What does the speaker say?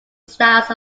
styles